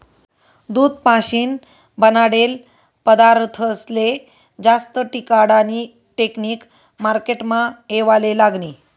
दूध पाशीन बनाडेल पदारथस्ले जास्त टिकाडानी टेकनिक मार्केटमा येवाले लागनी